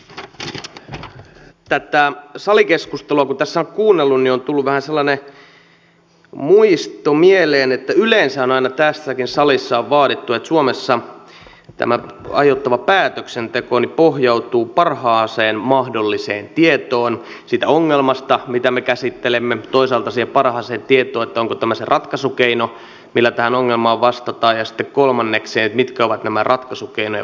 tätä salikeskustelua kun tässä on kuunnellut niin on tullut vähän sellainen muisto mieleen että yleensä on aina tässäkin salissa vaadittu että suomessa tämä aiottava päätöksenteko pohjautuu parhaaseen mahdolliseen tietoon siitä ongelmasta mitä me käsittelemme toisaalta siihen parhaaseen tietoon onko tämä se ratkaisukeino millä tähän ongelmaan vastataan ja sitten kolmanneksi siihen mitkä ovat nämä ratkaisukeinojen vaikutukset